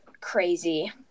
crazy